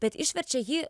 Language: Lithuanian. bet išverčia jį